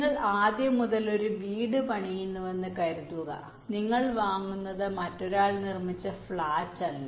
നിങ്ങൾ ആദ്യം മുതൽ ഒരു വീട് പണിയുന്നുവെന്ന് കരുതുക നിങ്ങൾ വാങ്ങുന്നത് മറ്റൊരാൾ നിർമ്മിച്ച ഫ്ലാറ്റ് അല്ല